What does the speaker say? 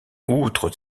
outre